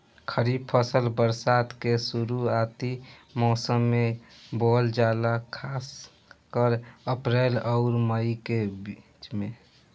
खरीफ फसल बरसात के शुरूआती मौसम में बोवल जाला खासकर अप्रैल आउर मई के बीच में